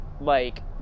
Like-